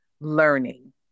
learning